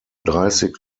dreißig